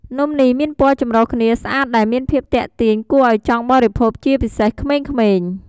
នំនេះមានពណ៌ចម្រុះគ្នាស្អាតដែលមានភាពទាក់ទាញគួរឱ្យចង់បរិភោគជាពិសេសក្មេងៗ។